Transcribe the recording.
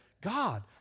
God